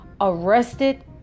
arrested